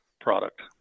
product